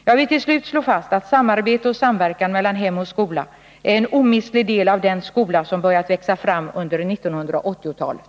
Jag vill till slut slå fast att samarbete och samverkan mellan hem och skola är en omistlig del av den skola som börjat växa fram under 1980-talet.